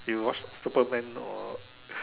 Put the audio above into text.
you watch Superman or